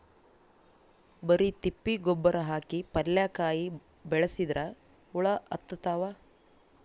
ಬರಿ ತಿಪ್ಪಿ ಗೊಬ್ಬರ ಹಾಕಿ ಪಲ್ಯಾಕಾಯಿ ಬೆಳಸಿದ್ರ ಹುಳ ಹತ್ತತಾವ?